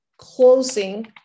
closing